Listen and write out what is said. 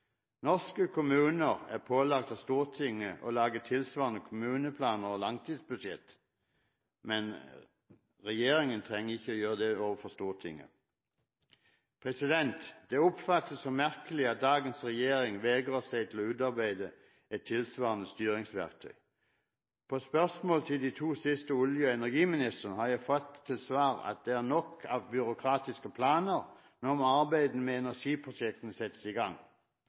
Norske kommuner er pålagt av Stortinget å lage tilsvarende kommuneplaner og langtidsbudsjett, men regjeringen trenger ikke å gjøre det overfor Stortinget. Det oppfattes som merkelig at dagens regjering vegrer seg for å utarbeide et tilsvarende styringsverktøy. På spørsmål til de to siste olje- og energiministrene har jeg fått til svar at det er nok av byråkratiske planer, nå må arbeidene med energiprosjektene settes i gang.